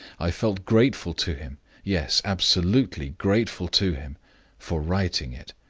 i felt grateful to him yes, absolutely grateful to him for writing it.